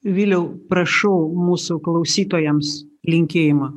viliau prašau mūsų klausytojams linkėjimą